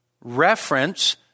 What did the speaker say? reference